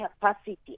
capacity